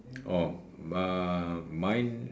oh uh mine